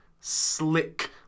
slick